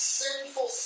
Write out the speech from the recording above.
sinful